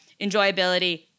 Enjoyability